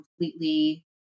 completely